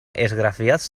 esgrafiats